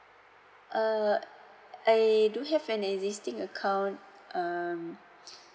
uh I do have an existing account um